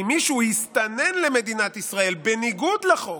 אם מישהו יסתנן למדינת ישראל בניגוד לחוק,